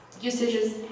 usages